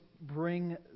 bring